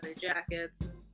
jackets